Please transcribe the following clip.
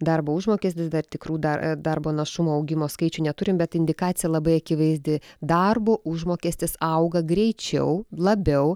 darbo užmokestis dar tikrų dar darbo našumo augimo skaičių neturim bet indikacija labai akivaizdi darbo užmokestis auga greičiau labiau